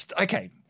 okay